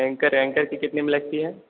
anchor anchor की कितने में लगती है